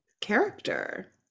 character